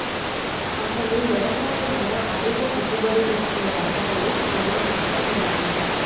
అసలు యవసాయంలో అధిక దిగుబడినిచ్చే రకాలు సాన ముఖ్యమైనవి